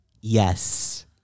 Yes